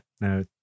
no